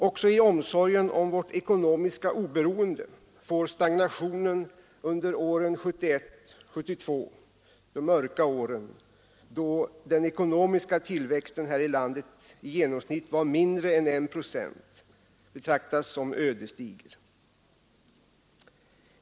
Också i omsorgen om vårt ekonomiska oberoende får stagnationen under åren 1971—1972, de mörka åren då den ekonomiska tillväxten här i landet i genomsnitt var mindre än 1 procent, betraktas som ödesdiger.